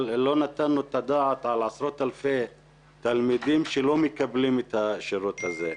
אבל לא נתנו את הדעת על עשרות אלפי תלמידים שלא מקבלים את השירות הזה.